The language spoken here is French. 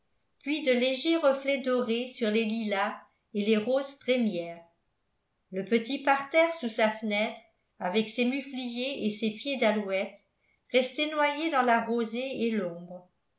puis de légers reflets dorés sur les lilas et les roses trémières le petit parterre sous sa fenêtre avec ses mufliers et ses pieds d'alouette restait noyé dans la rosée et l'ombre